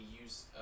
use